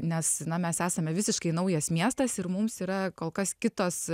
nes na mes esame visiškai naujas miestas ir mums yra kol kas kitos